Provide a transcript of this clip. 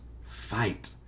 fight